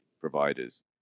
providers